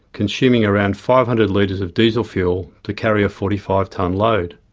consuming around five hundred litres of diesel fuel to carry a forty five tonne load.